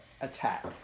attack